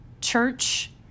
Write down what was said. church